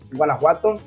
Guanajuato